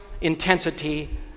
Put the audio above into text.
intensity